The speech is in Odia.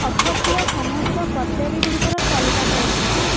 ଅଫର୍ ଥିବା ସମସ୍ତ କଟ୍ଲେରୀ ଗୁଡ଼ିକର ତାଲିକା କରନ୍ତୁ